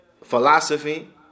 philosophy